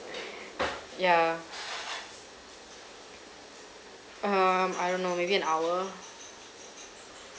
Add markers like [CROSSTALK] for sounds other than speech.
[BREATH] yeah uh hmm I don't know maybe an hour